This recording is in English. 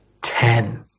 ten